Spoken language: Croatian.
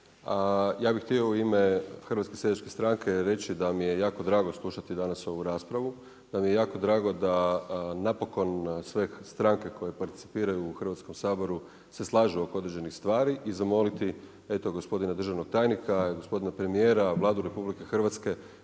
Ja bih htio u ime HSS, reći da mi je jako drago slušati danas ovu raspravu, da mi je jako drago, da napokon sve stranke koje percipiraju u Hrvatskom saboru se slažu oko određenih stvari i zamoliti, eto gospodina državnog tajnika, gospodina premjera, Vladu RH, da uvaže